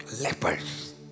lepers